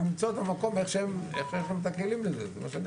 צריך למצוא את המקום כדי שיהיו כלים לזה.